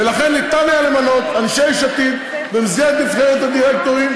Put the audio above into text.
ולכן ניתן היה למנות אנשי יש עתיד במסגרת נבחרת הדירקטורים,